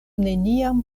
neniam